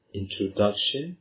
introduction